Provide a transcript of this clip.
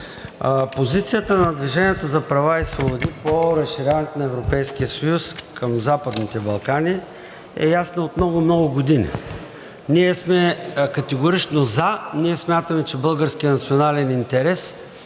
Позицията на „Движение за права и свободи“ по разширяването на Европейския съюз към Западните Балкани е ясно от много, много години. Ние сме категорично „за“, ние смятаме, че българският национален интерес